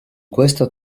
questo